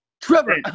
Trevor